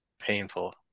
painful